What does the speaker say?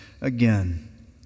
again